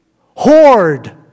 hoard